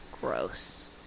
Gross